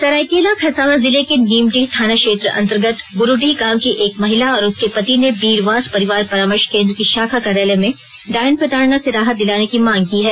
सरायकेला खरसावां जिले के नीमडीह थाना क्षेत्र अंतर्गत बुरुडीह गांव की एक महिला और उसके पति ने बीरवांस परिवार परामर्श केंद्र की शाखा कार्यालय से डायन प्रताड़ना से राहत दिलाने की मांग की है